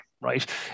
right